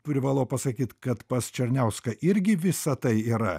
privalau pasakyt kad pas černiauską irgi visa tai yra